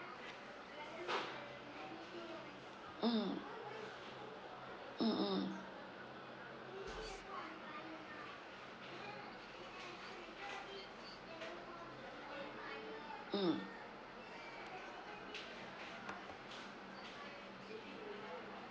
mm mm mm mm